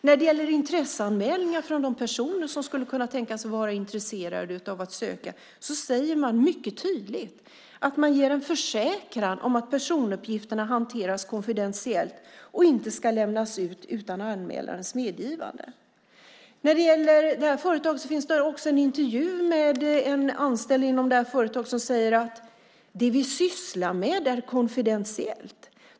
När det gäller intresseanmälningar från personer ger man en tydlig försäkran om att personuppgifter hanteras konfidentiellt och inte ska lämnas ut utan den sökandes medgivande. På företagets hemsida finns också en intervju med en av de anställda som säger: Det vi sysslar med är konfidentiellt.